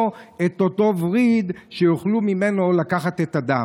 את אותו וריד שממנו יוכלו לקחת את הדם.